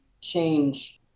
change